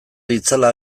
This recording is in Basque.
ditzala